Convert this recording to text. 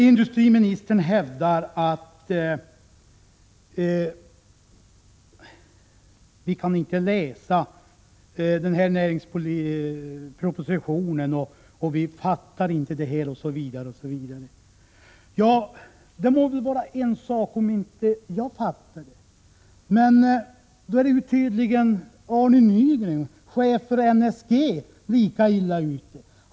Industriministern hävdar att vi inte har läst den näringspolitiska propositionen riktigt, att vi inte fattar det här, osv. Ja, det må vara en sak om inte jag fattar det, men i så fall är Arne Nygren, chef för NSG, lika illa ute.